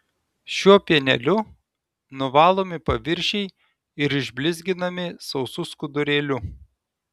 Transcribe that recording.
šiuo pieneliu nuvalomi paviršiai ir išblizginami sausu skudurėliu